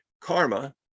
karma